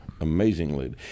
amazingly